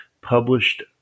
published